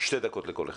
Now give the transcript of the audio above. שתי דקות לכל אחד.